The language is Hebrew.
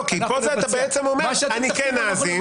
לא, כי פה אתה בעצם אומר, אני כן אאזין.